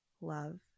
love